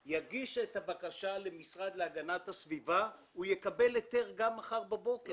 ביתו ויגיש את הבקשה למשרד להגנת הסביבה הוא יקבל היתר גם מחר בבוקר.